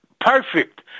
perfect